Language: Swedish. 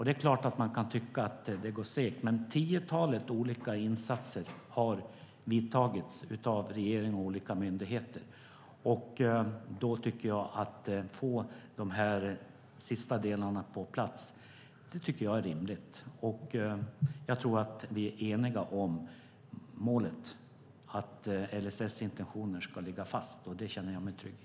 Det är klart att man kan tycka att det går segt, men ett tiotal olika insatser har gjorts av regering och olika myndigheter. Då tycker jag att det är rimligt att få även de sista delarna på plats. Jag tror att vi är eniga om målet som är att LSS intentioner ska ligga fast. Det känner jag mig trygg i.